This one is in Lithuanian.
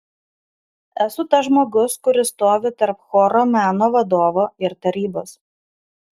esu tas žmogus kuris stovi tarp choro meno vadovo ir tarybos